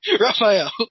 Raphael